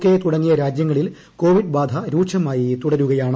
K തുടങ്ങിയ രാജ്യങ്ങളിൽ കോവിഡ്ബാധ രൂക്ഷമായി തുടരുകയാണ്